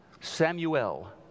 Samuel